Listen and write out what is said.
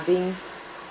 being